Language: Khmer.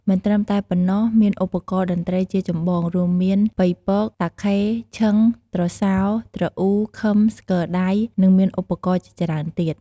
មិនត្រឺមតែប៉ុណ្ណោះមានឧបករណ៍តន្ត្រីជាចម្បងរួមមាន បុីពក តាខេ ឈឺង ទ្រសោ ទ្រអ៊ូ ឃឺម ស្គរដៃ និងមានឧបករណ៍ជាច្រើនទៀត។